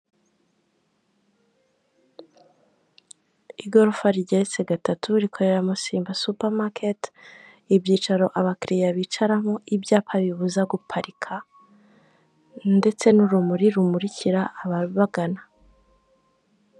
Igorofa rigeretse gatatu rikoreramo simba supamaketi ibyicaro abakiriya bicaramo, ibyapa bibuza guparika, ndetse n'urumuri rumurikira ababagana.